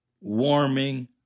Warming